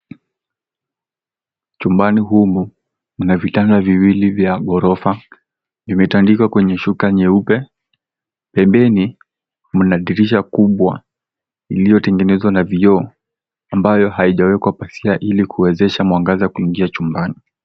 Chumbani humu mna vitanda viwili vya ghorofa vimetandikwa kwenye shuka nyeupe. Pembeni mna dirisha kubwa iliyotengenezwa na vioo ambayo haijawekwa pazia ili kuwezesha mwangaza kuingia chumbani.